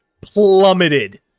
plummeted